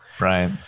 Right